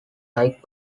like